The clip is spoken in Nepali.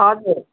हजुर